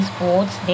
Sports